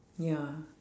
ya